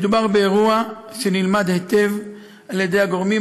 מדובר באירוע שנלמד היטב על ידי הגורמים